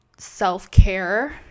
self-care